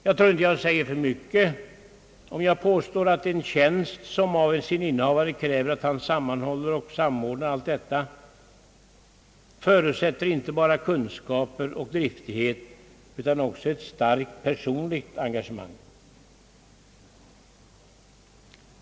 Jag tror inte att jag säger för mycket om jag påstår att en tjänst, som av sin innehavare kräver att han sammanhåller och samordnar allt detta, förutsätter inte bara kunskaper och driftighet utan också ett starkt personligt engagemang.